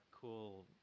cool